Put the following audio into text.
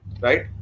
right